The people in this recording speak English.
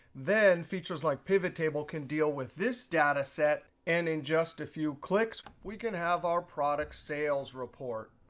then, features like pivot table can deal with this data set, set, and in just a few clicks, we can have our product sales report.